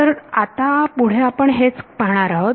तर आता पुढे आपण हेच पाहणार आहोत